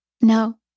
no